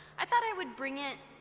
i thought i would bring it